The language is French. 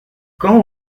quand